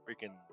freaking